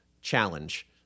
challenge